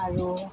আৰু